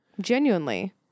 Genuinely